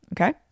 Okay